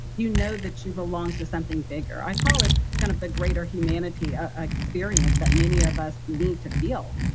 you know that you belong to something bigger. i call it kind of the greater humanity ah experience that many of us need to feel,